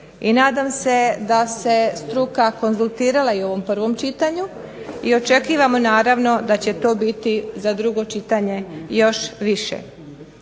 nadam se da se struka konzultirala i u ovom prvom čitanju, i očekivamo naravno da će to biti za drugo čitanje još više.